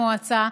המועצה,